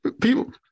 People